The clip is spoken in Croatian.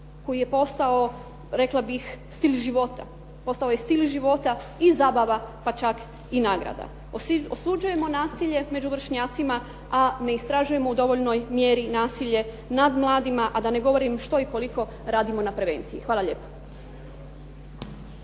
koji je postao rekao bih stil života, postao je stil života i zabava pa čak i nagrada. Osuđujemo nasilje među vršnjacima, a ne istražujemo u dovoljnoj mjeri nasilje nad mladima, a da ne govorim što i koliko radimo na prevenciji. Hvala lijepo.